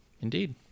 Indeed